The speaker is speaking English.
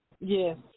Yes